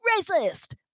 racist